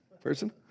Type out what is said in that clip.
person